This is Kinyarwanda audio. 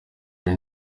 hari